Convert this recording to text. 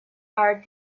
are